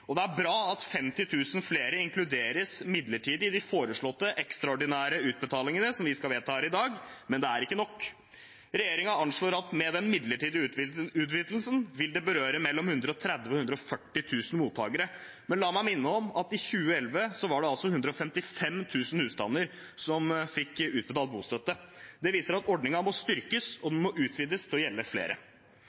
Det er bra at 50 000 flere inkluderes midlertidig i de foreslåtte ekstraordinære utbetalingene som vi skal vedta her i dag, men det er ikke nok. Regjeringen anslår at med den midlertidige utvidelsen vil det berøre mellom 130 000 og 140 000 mottakere, men la meg minne om at i 2011 var det 155 000 husstander som fikk utbetalt bostøtte. Det viser at ordningen må styrkes, og den må utvides til å gjelde flere.